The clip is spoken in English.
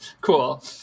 cool